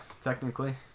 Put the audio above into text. technically